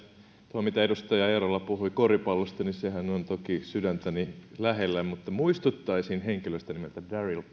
tuo mitä edustaja eerola puhui koripallosta sehän on toki sydäntäni lähellä mutta muistuttaisin henkilöstä nimeltä darryl parker kuka on